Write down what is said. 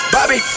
Bobby